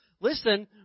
Listen